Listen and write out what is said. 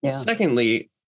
Secondly